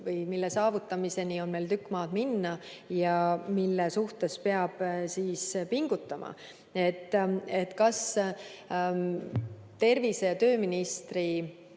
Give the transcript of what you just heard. eesmärgi saavutamiseni on veel tükk maad minna ja selles suhtes peab pingutama. Kas tervise‑ ja tööministri